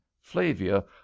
Flavia